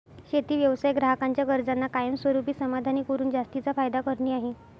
शेती व्यवसाय ग्राहकांच्या गरजांना कायमस्वरूपी समाधानी करून जास्तीचा फायदा करणे आहे